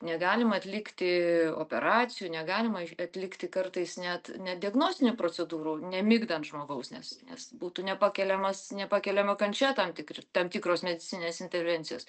negalim atlikti operacijų negalima atlikti kartais net net diagnostinių procedūrų nemigdant žmogaus nes nes būtų nepakeliamas nepakeliama kančia tam tikri tam tikros medicininės intervencijos